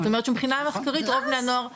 זאת אומרת שמבחינה מחקרית רוב בני הנוער --- גראס?